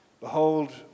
Behold